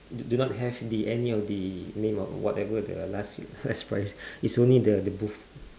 d~ do not have the any of the name or whatever the last slash price is only the the booth